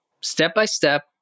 Step-by-step